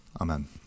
amen